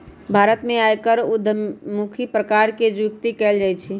भारत में आयकर उद्धमुखी प्रकार से जुकती कयल जाइ छइ